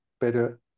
better